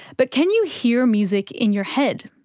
but can you hear music in your head?